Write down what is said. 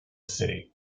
city